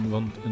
Want